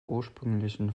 ursprünglichen